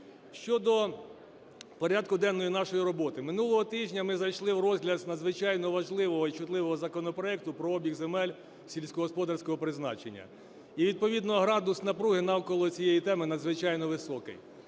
Щодо порядку денного нашої роботи. Минулого тижня ми зайшли в розгляд з надзвичайно важливого і чутливого законопроекту про обіг земель сільськогосподарського призначення і, відповідно, градус напруги навколо цієї теми надзвичайно високий.